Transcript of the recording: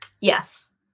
Yes